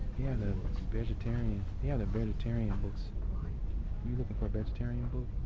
the vegetarian the and vegetarian books are you looking for vegetarian books?